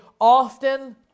often